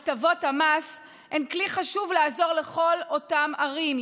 הטבות המס הן כלי חשוב לעזור לכל אותם ערים,